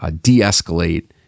de-escalate